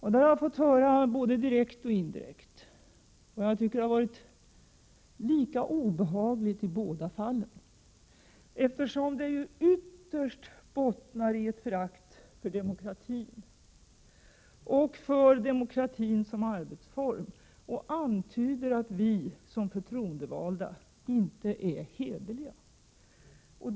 Det där har jag fått höra både direkt och indirekt, och jag tycker att det har varit lika obehagligt i båda fallen, eftersom det ju ytterst bottnar i ett förakt för demokratin och för demokratin som arbetsform. Därmed antyds att vi som förtroendevalda inte är hederliga.